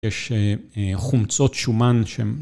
יש חומצות שומן שהם...